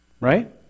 Right